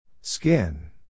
Skin